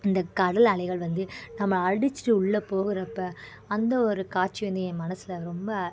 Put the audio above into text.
அந்த கடல் அலைகள் வந்து நம்மளை அடிச்சிட்டு உள்ள போகுறப்போ அந்த ஒரு காட்சி வந்து என் மனசில் ரொம்ப